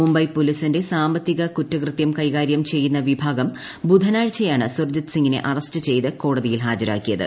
മുംബൈ പോലീസിന്റെ സാമ്പത്തിക കുറ്റകൃത്യം കൈകാര്യം ചെയ്യുന്ന വിഭാഗം ബുധനാഴ്ചയാണ് സുർജിത്ത് സിംഗിനെ അറസ്റ്റ് ചെയ്ത് കോടതിയിൽ ഹാജരാക്കിയത്